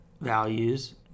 values